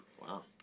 Wow